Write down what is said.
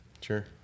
sure